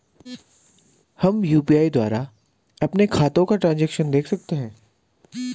हम यु.पी.आई द्वारा अपने खातों का ट्रैन्ज़ैक्शन देख सकते हैं?